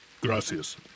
Gracias